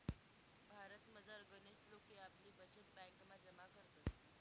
भारतमझार गनच लोके आपली बचत ब्यांकमा जमा करतस